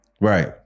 Right